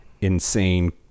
insane